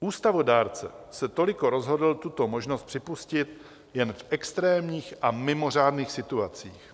Ústavodárce se toliko rozhodl tuto možnost připustit jen v extrémních a mimořádných situacích.